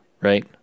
right